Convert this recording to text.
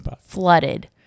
flooded